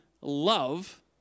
love